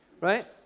right